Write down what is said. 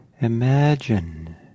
imagine